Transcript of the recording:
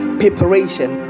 preparation